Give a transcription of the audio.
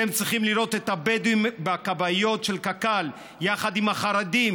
אתם צריכים לראות את הבדואים בכבאיות של קק"ל יחד עם החרדים,